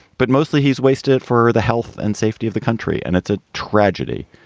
but mostly he's wasted for the health and safety of the country. and it's a tragedy